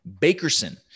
Bakerson